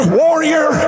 warrior